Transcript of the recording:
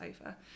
over